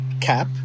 cap